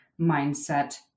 mindset